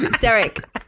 Derek